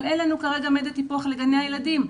אבל אין לנו כרגע מדד טיפוח לגני הילדים.